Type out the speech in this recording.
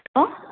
hello